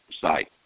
site